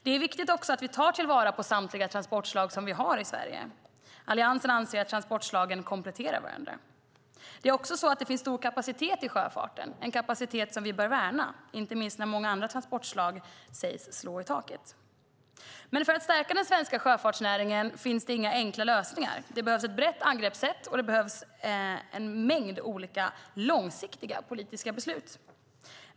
Det är viktigt att ta till vara samtliga transportslag som vi har i Sverige. Alliansen anser att transportslagen kompletterar varandra. Det är också så att det finns en stor kapacitet i sjöfarten - en kapacitet som vi bör värna, inte minst när många andra transportslag sägs slå i taket. Men för att stärka den svenska sjöfartsnäringen finns det inga enkla lösningar. Det behövs ett brett angreppssätt och en mängd olika långsiktiga politiska beslut.